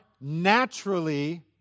naturally